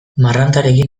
marrantarekin